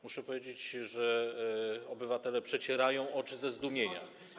Muszę powiedzieć, że obywatele przecierają oczy ze zdumienia.